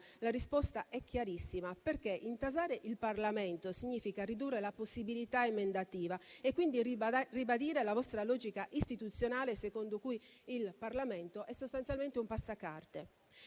la risposta è chiarissima. Intasare il Parlamento significa ridurre la possibilità emendativa, quindi ribadire la vostra logica istituzionale secondo cui il Parlamento è sostanzialmente un passacarte.